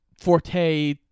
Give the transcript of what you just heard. Forte